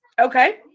Okay